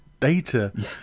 data